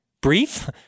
brief